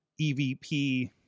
EVP